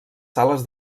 sales